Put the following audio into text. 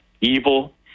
evil